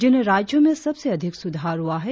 जिन राज्यों में सबसे अधिक सुधार हुआ है